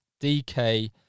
DK